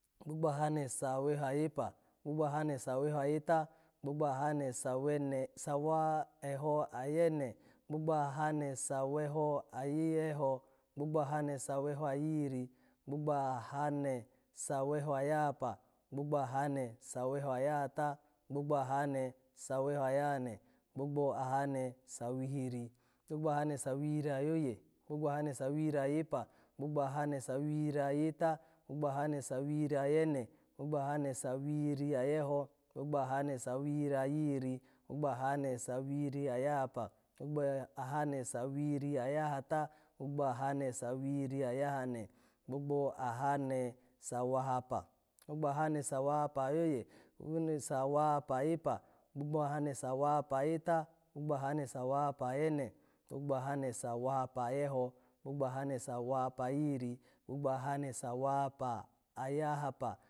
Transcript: Gbogbo ahane saweho ayepa, gbogbo ahane saweho saweho ayeta, gbogbo ahane sawene-sawa-eho ayene, gbogbo ahane saweho ayi-eho, gbogbo ahane saweho ayihiri, gbogbo ahane saweho ayahapa, gbogbo ahane saweno ayahata, gbogbo ahane saweho ahane, gbogbo ahane saweno sawihiri, gbogbo ahane sawihiri ayoye, gbogbo ahane sawihiri ayepa, gbogbo ahane sawihiri ayeta, gbogbo ahane sawihiri ayene, gbogbo ahane sawihiri ayeho, gbogbo ahane sawihiri ayihiri, gbogbo ahane sawihiri ayahapa, gbogbo ahane sawihiri ayahata, gbogbo ahane sawihiri ayahane, gbogbo ahane sawahapa, gbogbo ahane sawahapa ayoye gbogbo ahane sawahapa ayepa, gbogbo ahane sawahapa ayeta, gbogbo ahane sawahapa ayene, gbogbo ahane sawahapa ayeho, gbogbo ahane sawahapa ayihiri, gbogbo ahane sawahapa ayahapa